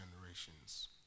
generations